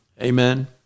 Amen